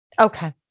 Okay